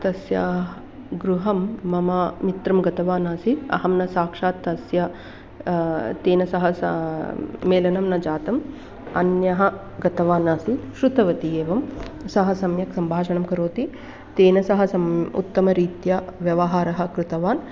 तस्य गृहं मम मित्रं गतवान् आसीत् अहं न साक्षात् तस्य तेन सह स मेलनं न जातं अन्यः गतवानासीत् श्रुतवती एवं सः सम्यक् सम्भाषणं करोति तेन सह सं उत्तमरीत्या व्यवहारः कृतवान्